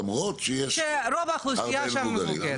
למרות שיש הרבה מבוגרים.